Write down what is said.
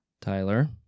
Tyler